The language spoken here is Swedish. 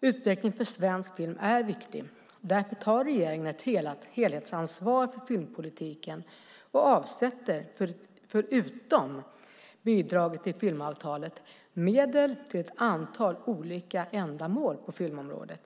Utveckling för svensk film är viktig. Därför tar regeringen ett helhetsansvar för filmpolitiken och avsätter, förutom bidraget till filmavtalet, medel till ett antal olika ändamål på filmområdet.